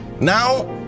Now